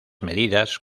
medidas